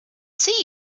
see